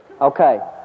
Okay